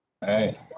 Hey